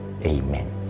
Amen